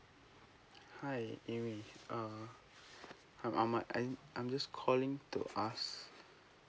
hi amy uh I'm ahmad I'm I'm just calling to ask